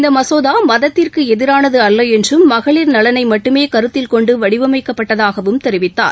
இந்தமசோதா மதத்திற்குஎதிரானதுஅல்லஎன்றும் மகளிர் நலனைமட்டுமேகருத்தில்கொண்டுவடிவமைக்கப்பட்டதாகவும் தெரிவித்தார்